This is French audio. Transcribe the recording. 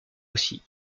aussi